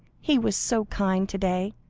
he was so kind to-day,